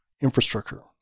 infrastructure